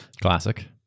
classic